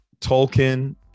Tolkien